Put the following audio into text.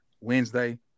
Wednesday